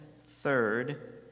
third